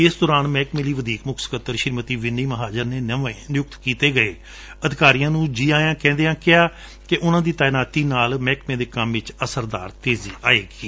ਇਸ ਦੌਰਾਨ ਮਹਿਕਮੇ ਲਈ ਵਧੀਕ ਮੁੱਖ ਸਕੱਤਰ ਸ੍ਰੀਮਤੀ ਵੀਨੇ ਮਹਾਜਨ ਨੇ ਨਵੇਂ ਨਿਉਕਤ ਕੀਤੇ ਗਏ ਅਧਿਕਾਰੀਆਂ ਨੂੰ ਜੀ ਆਇਆ ਕਹਿਦਿਆਂ ਕਿਹਾ ਕਿ ਉਨੂਾਂ ਦੀ ਤਾਈਨਾਤੀ ਨਾਲ ਮਹਿਕਮੇ ਦੇ ਕੰਮ ਵਿਚ ਅਸਰਦਾਰ ਤੇਜ਼ੀ ਆਏਗੀ